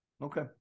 Okay